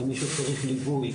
אם מישהו צריך ליווי,